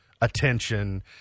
attention